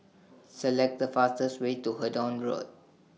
Select The fastest Way to Hendon Road